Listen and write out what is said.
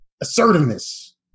assertiveness